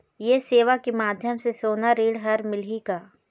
ये सेवा के माध्यम से सोना ऋण हर मिलही का?